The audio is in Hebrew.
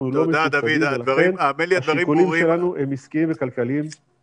אנחנו לא מסובסדים ולכן השיקולים שלנו הם עסקיים וכלכליים נטו.